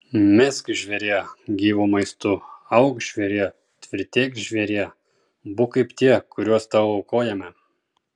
misk žvėrie gyvu maistu auk žvėrie tvirtėk žvėrie būk kaip tie kuriuos tau aukojame